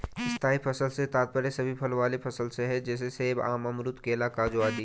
स्थायी फसल से तात्पर्य सभी फल वाले फसल से है जैसे सेब, आम, अमरूद, केला, काजू आदि